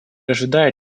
ожидает